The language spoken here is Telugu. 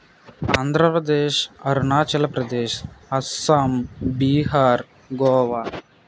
ఆంధ్రప్రదేశ్ అరుణాచలప్రదేశ్ అస్సాం బీహార్ గోవా